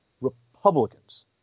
Republicans